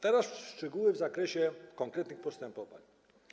Teraz szczegóły w zakresie konkretnych postępowań.